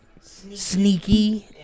sneaky